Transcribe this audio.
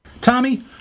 Tommy